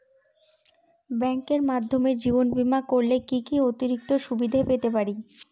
ব্যাংকের মাধ্যমে জীবন বীমা করলে কি কি অতিরিক্ত সুবিধে পেতে পারি?